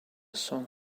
song